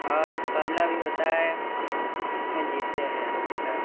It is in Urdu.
اور مقابلہ بھی ہوتا ہے اس میں جیتتے ہیں الحمد للہ